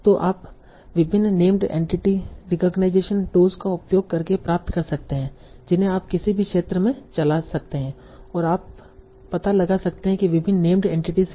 तो आप विभिन्न नेम्ड एंटिटी रिकग्निशन टूल्स का उपयोग करके प्राप्त कर सकते हैं जिन्हें आप किसी भी क्षेत्र में चला सकते हैं और आप पता लगा सकते हैं कि विभिन्न नेम्ड एंटिटीस क्या हैं